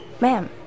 Ma'am